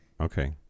okay